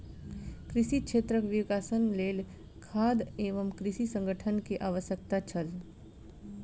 कृषि क्षेत्रक विकासक लेल खाद्य एवं कृषि संगठन के आवश्यकता छल